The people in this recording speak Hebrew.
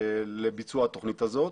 לביצוע התכנית הזאת.